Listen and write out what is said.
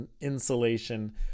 insulation